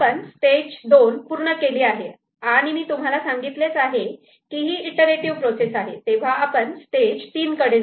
आपण स्टेज 2 पूर्ण केली आहे आणि मी तुम्हाला सांगितलेच आहे कि हि इंटरेटीव्ह प्रोसेस आहे तेव्हा आपण स्टेज 3 कडे जाऊ